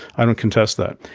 i don't contest that.